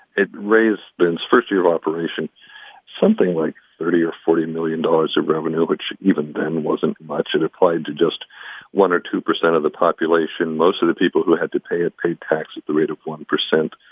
it raised in its first year of operation something like thirty or forty million dollars of revenue, which even then wasn't much. it applied to just one or two percent of the population. most of the people who had to pay it paid tax at the rate of one percent.